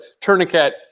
Tourniquet